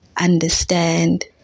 understand